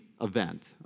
event